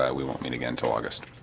yeah we won't meet again to august.